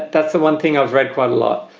that's the one thing i've read quite a lot.